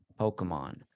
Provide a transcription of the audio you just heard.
Pokemon